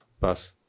pass